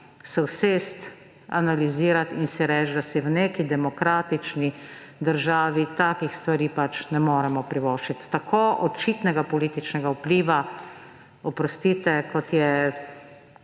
se usesti, analizirati in si reči, da si v neki demokratični državi takih stvari pač ne moremo privoščiti, tako očitnega političnega vpliva, oprostite, kot je